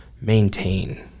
maintain